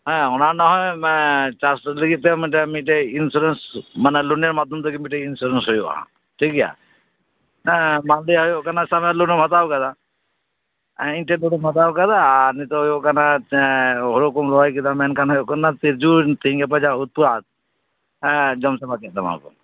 ᱦᱮᱸ ᱚᱱᱟ ᱨᱮᱱᱟᱜ ᱦᱚᱸ ᱪᱟᱥ ᱞᱟᱹᱜᱤᱛᱮ ᱢᱴᱫᱴᱟᱝ ᱢᱤᱴᱮᱡ ᱤᱱᱥᱩᱨᱮᱱᱥ ᱢᱟᱱᱮ ᱞᱳᱱᱮᱨ ᱢᱟᱫᱷᱚᱢᱛᱮ ᱢᱤᱫᱴᱮᱡ ᱤᱱᱥᱩᱨᱮᱱᱥ ᱦᱩᱭᱩᱜᱼᱟ ᱴᱷᱤᱠ ᱜᱮᱭᱟ ᱦᱮᱸ ᱢᱟᱱᱞᱮᱭᱟ ᱦᱩᱭᱩᱜ ᱠᱟᱱᱟ ᱞᱳᱱᱮᱢ ᱦᱟᱛᱟᱣ ᱠᱮᱫᱟ ᱤᱧ ᱴᱷᱮᱡ ᱠᱷᱚᱡ ᱮᱢ ᱦᱟᱛᱟᱣ ᱠᱮᱫᱟ ᱟᱨ ᱱᱤᱛᱚᱜ ᱦᱩᱭᱩᱜ ᱠᱟᱱᱟ ᱦᱳᱲᱳ ᱨᱚᱦᱚᱭ ᱠᱮᱫᱟ ᱢᱮᱱᱠᱷᱟᱱ ᱛᱤᱡᱩ ᱛᱤᱦᱤᱧ ᱜᱟᱯᱟ ᱡᱟ ᱩᱛᱯᱟᱛ ᱡᱚᱢ ᱪᱟᱵᱟ ᱠᱮᱫ ᱛᱟᱢᱟ ᱠᱚ